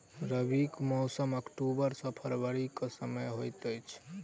रबीक मौसम अक्टूबर सँ फरबरी क समय होइत अछि